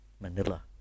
manila